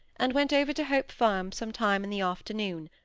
and went over to hope farm some time in the afternoon,